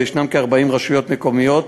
וכ-40 רשויות מקומיות